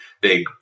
big